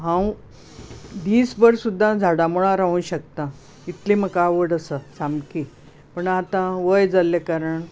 हांव दिसभर सुद्दां झाडां मुळांत रावंक शकता इतली म्हाका आवड आसा सामकी पूण आता वय जाल्ले कारणान